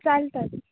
चालतात